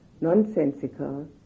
nonsensical